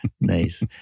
Nice